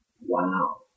Wow